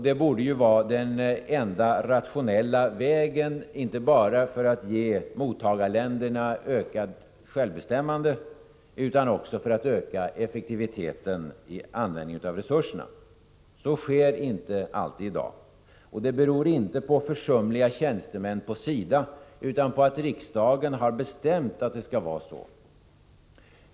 Det borde vara den enda rationella vägen, inte bara för att ge mottagarländerna ökat självbestämmande utan också för att öka effektiviteten i användningen av resurserna. Så sker inte alltid i dag, men det beror inte på försumliga tjänstemän hos SIDA utan på att riksdagen har bestämt att det skall vara så.